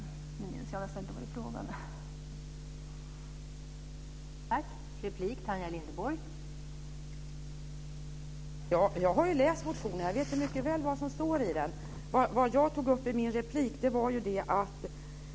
Jag minns inte riktigt vad Tanja Linderborg frågade om.